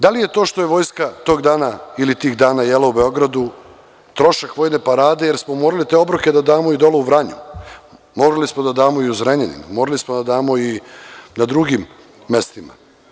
Da li je to što je Vojska tog dana ili tih dana jela u Beogradu trošak vojne parade, jer smo morali te obroke da damo i dole u Vranju, morali smo da damo i u Zrenjaninu, morali smo da damo i u drugim mestima?